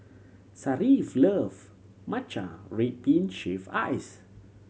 Sharif loves matcha red bean shaved ice